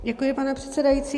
Děkuji, pane předsedající.